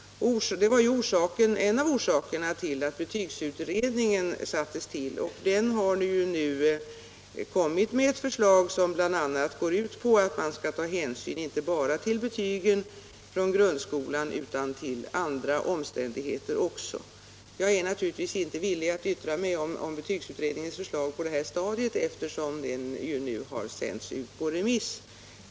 Det var ju en av orsakerna till att betygsutredningen tillsattes. Den har nu lagt fram ett förslag som bl.a. går ut på att man skall ta hänsyn inte bara till betygen från grundskolan utan också till andra omständigheter. Naturligtvis är jag inte villig att yttra mig om betygsutredningens förslag på det här stadiet, eftersom förslaget nu har sänts ut på remiss.